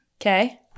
Okay